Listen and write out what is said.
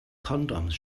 condoms